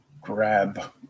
grab